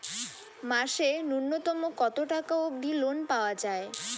মাসে নূন্যতম কতো টাকা অব্দি লোন পাওয়া যায়?